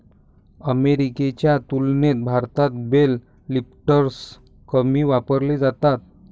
अमेरिकेच्या तुलनेत भारतात बेल लिफ्टर्स कमी वापरले जातात